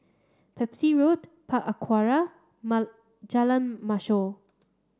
Pepys Road Park Aquaria Jalan Mashhor